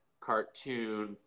cartoon